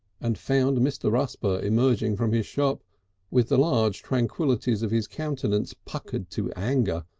and found mr. rusper emerging from his shop with the large tranquillities of his countenance puckered to anger,